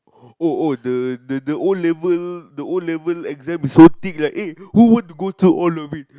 oh oh the the the O-level the O-level exam is so thick like who want to go through O-level